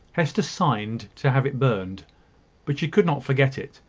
hester signed to have it burned but she could not forget it.